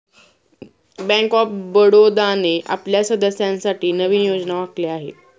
bank of बडोदाने आपल्या सदस्यांसाठी नवीन योजना आखल्या आहेत